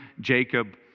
Jacob